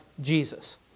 Jesus